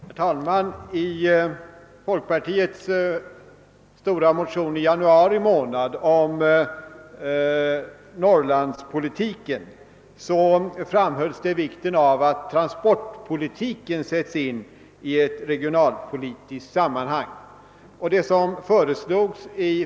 Herr talman! I folkpartiets stora motion om Norrlandspolitiken från januari månad framhölls vikten av att transportpolitiken insattes i ett regionalpolitiskt sammanhang.